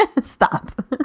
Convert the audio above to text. Stop